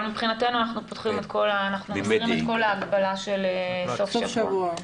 אבל מבחינתנו אנחנו מסירים את כל ההגבלה של סוף השבוע.